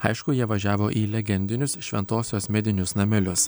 aišku jie važiavo į legendinius šventosios medinius namelius